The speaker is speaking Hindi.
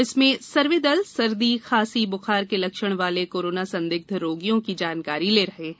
जिसमें सर्वे दल सर्दी खांसी बुखार के लक्षण वाले कोरोना संदिग्ध रोगियों की जानकारी ले रहे हैं